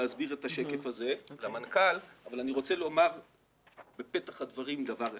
להסביר את השקף הזה אבל אני רוצה לומר בפתח הדברים דבר אחד.